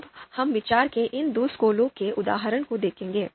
अब हम विचार के इन दो स्कूलों के उदाहरणों को देखेंगे